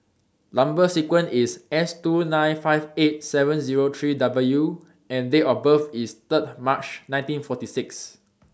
Number sequence IS S two nine five eight seven Zero three W and Date of birth IS three March nineteen forty six